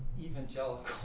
evangelical